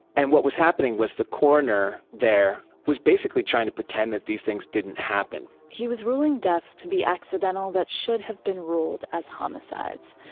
and what was happening was the coroner there was basically trying to pretend that these things didn't happen he was ruling deaths to be accidental that should have been ruled as homicides.